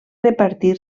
repartir